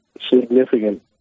significant